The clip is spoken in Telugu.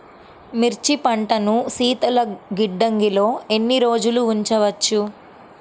మిర్చి పంటను శీతల గిడ్డంగిలో ఎన్ని రోజులు ఉంచవచ్చు?